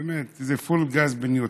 באמת, זה פול גז בניוטרל.